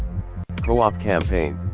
co op campaign,